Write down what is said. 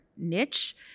niche